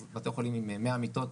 אז אלו בתי חולים עם 100 מיטות,